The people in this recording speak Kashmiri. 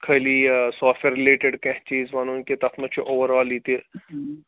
خٲلی یہِ سافٹویر رِلیٹِڈ کیٚنہہ چیٖز وَنُن کہِ تَتھ منٛز چھُ اوٚوَر آل یہِ تہِ